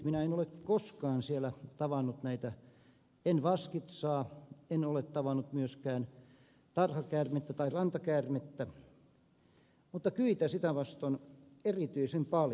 minä en ole koskaan siellä tavannut näitä muita en vaskitsaa en ole tavannut myöskään tarhakäärmettä tai rantakäärmettä mutta kyitä sitä vastoin erityisen paljon